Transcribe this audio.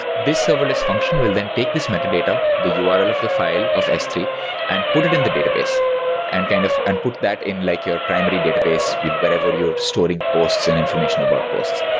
this serverless function will then take this metadata, the url of the file of s three, and put it in the database and kind of and put that in like your primary database you know wherever you're storing posts and information about posts.